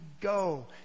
go